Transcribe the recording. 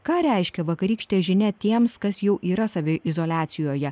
ką reiškia vakarykštė žinia tiems kas jau yra saviizoliacijoje